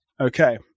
Okay